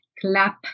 clap